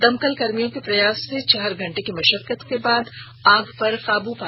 दमकल कर्मियों के प्रयास से चार घंटे की मशक्कत के बाद आग पर काबू पाया गया